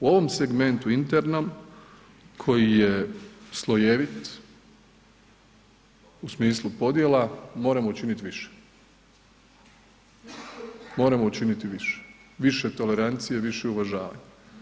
U ovom segmentu internom, koji je slojevit u smislu podjela, moramo učiniti više, moramo učiniti više, više tolerancije, više uvažavanja.